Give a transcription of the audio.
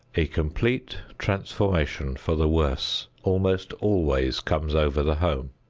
a complete transformation for the worse almost always comes over the home.